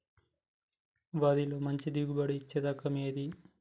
వరిలో మంచి దిగుబడి ఇచ్చే రకం ఏది?